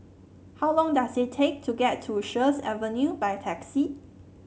how long does it take to get to Sheares Avenue by taxi